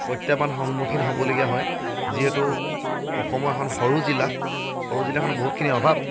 প্ৰত্যাহ্বান সন্মুখীন হ'বলগীয়া হয় যিহেতু অসমৰ এখন সৰু জিলা সৰু জিলাখন বহুতখিনি অভাৱ